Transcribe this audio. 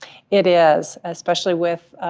it is, especially with,